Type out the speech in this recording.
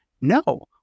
no